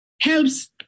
helps